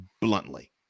bluntly